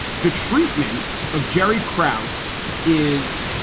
the treatment of jerry krauss is,